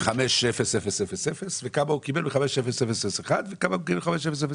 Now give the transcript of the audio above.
5000 וכמה הוא קיבל ב-5001 וכמה הוא קיבל ב-5002.